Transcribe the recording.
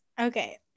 Okay